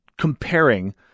comparing